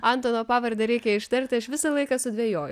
adata pavardę reikia ištarti aš visą laiką sudvejoju